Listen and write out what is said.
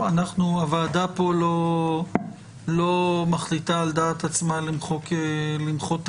הוועדה פה לא מחליטה על דעת עצמה למחוק תקנות,